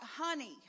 honey